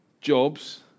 jobs